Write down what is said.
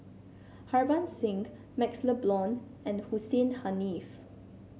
Harbans Singh MaxLe Blond and Hussein Haniff